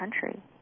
country